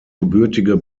gebürtige